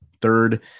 third